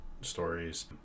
stories